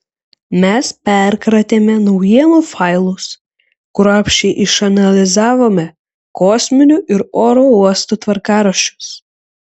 mes perkratėme naujienų failus kruopščiai išanalizavome kosminių ir oro uostų tvarkaraščius